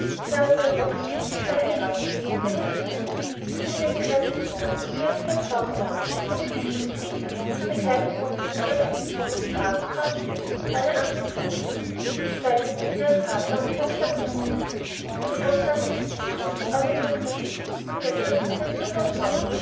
mit meinem onkel bevis ferheirathet der jetz tod ist und sie hat einen kleinen son und der ist lord fauntleroy denn so ist es in england das der kleine son von dem eltesten son des grafen graf wird wenn alle andern tod sind ich meine wenn sein fater und großvater tod sind mein großvater ist nicht tod aber mein onkel bevis und deshalb ist sein son